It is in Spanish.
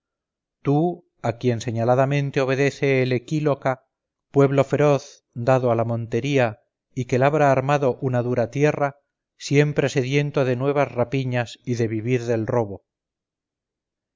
tú a quien señaladamente obedece el equícola pueblo feroz dado a la montería y que labra armado una dura tierra siempre sediento de nuevas rapiñas y de vivir del robo